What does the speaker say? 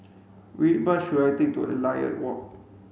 which bus should I take to Elliot Walk